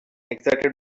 excited